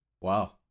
Wow